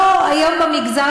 לא, היום המגזר